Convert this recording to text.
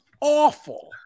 awful